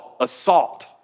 Assault